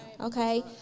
Okay